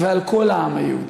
ועל כל העם היהודי.